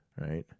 right